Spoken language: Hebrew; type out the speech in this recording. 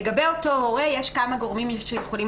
לגבי אותו הורה יש כמה גורמים שיכולים